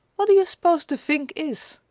what do you suppose the vink is?